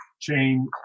chain